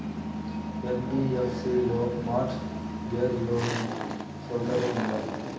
NBFC లో mortgage loan సౌకర్యం ఉందా?